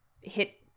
hit